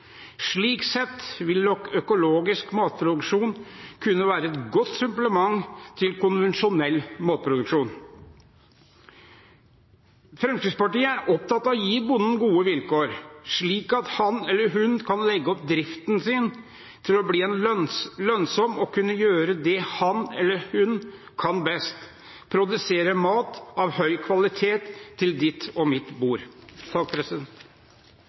Slik sett vil nok økologisk matproduksjon kunne være et godt supplement til konvensjonell matproduksjon. Fremskrittspartiet er opptatt av å gi bonden gode vilkår, slik at han eller hun kan legge opp driften sin til å bli lønnsom og til å kunne gjøre det han eller hun kan best: produsere mat av høy kvalitet til ditt og mitt bord.